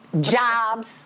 jobs